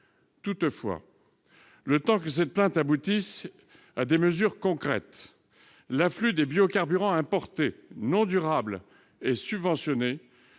Toutefois, le temps que cette plainte aboutisse à des mesures concrètes, l'afflux des biocarburants importés non durables et subventionnés